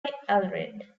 allred